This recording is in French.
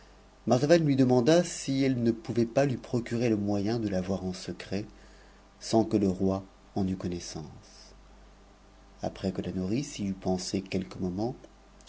rxavan lui demanda si elle ne pouvait pas lui procurer le moyen de la voir en secret sans que le roi en eut connaissance après que la nourrice y eut pensé quelques moments